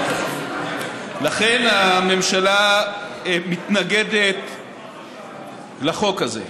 לכן הממשלה מתנגדת לחוק הזה.